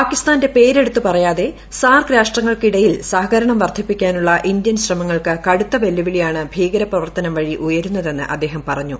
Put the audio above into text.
പാകിസ്ഥാന്റെ പേരെടുത്ത് പറയാതെ സാർക്ക് രാഷ്ട്രങ്ങൾക്കിടയിൽ സഹകരണം വർദ്ധിപ്പിക്കാനുള്ള ഇന്ത്യൻ ശ്രമങ്ങൾക്ക് കടുത്ത വെല്ലുവിളിയാണ് ഭീകര പ്രവർത്തനം വഴി ഉയരുന്നതെന്ന് അദ്ദേഹം പറഞ്ഞു